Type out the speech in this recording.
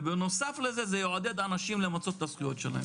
ובנוסף לזה זה למצות את הזכויות שלהם,